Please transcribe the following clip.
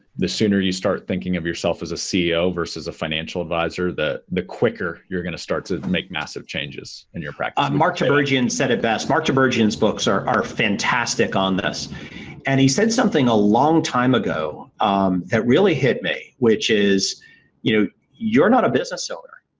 the sooner you start thinking of yourself as a ceo versus a financial advisor, the the quicker you're going to start to make massive changes in your practice. barry mark tibergien said it best. mark tibergien books are are fantastic on this and he said something a long time ago that really hit me which is you know you're not a business owner.